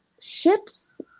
ships